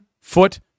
foot